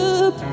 up